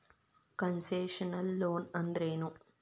Concessional loan ಅಂದ್ರೇನು?